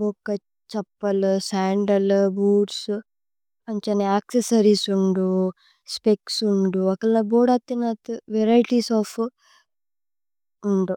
ബോക chappal. Sandal boots അന്ഛേ accessories ഉന്ദു സ്പേച്സ്। ഉന്ദു അക്കല ബോദഥിനഥ് വരിഏതിഏസ് ഓഫ് ഉന്ദു।